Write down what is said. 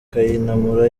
kayinamura